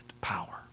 power